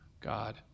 God